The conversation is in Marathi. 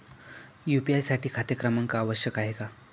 यू.पी.आय साठी खाते क्रमांक आवश्यक आहे का?